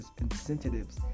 incentives